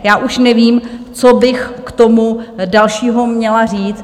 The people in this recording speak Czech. Já už nevím, co bych k tomu dalšího měla říct.